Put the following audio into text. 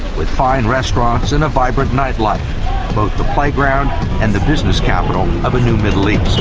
with fine restaurants and a vibrant night life, both the playground and the business capital of a new middle east.